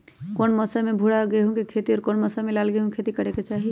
कौन मौसम में भूरा गेहूं के खेती और कौन मौसम मे लाल गेंहू के खेती करे के चाहि?